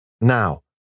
Now